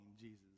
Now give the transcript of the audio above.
Jesus